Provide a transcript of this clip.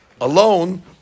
alone